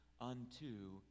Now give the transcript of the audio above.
unto